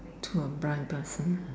for a blind person